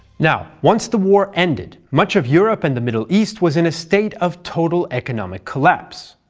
yeah once the war ended, much of europe and the middle east was in a state of total economic collapse.